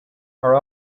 are